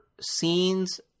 scenes –